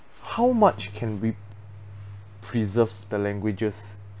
how much can we preserves the languages